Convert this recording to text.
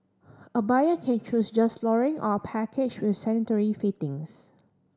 a buyer can choose just flooring or a package with sanitary fittings